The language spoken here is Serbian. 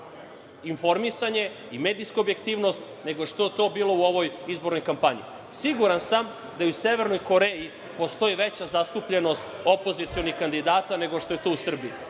informisanje i medijska objektivnost, nego što je to bilo u ovoj izbornoj kampanji. Siguran sam da i u Severnoj Koreji postoji veća zastupljenost opozicionih kandidata nego što je to u Srbiji.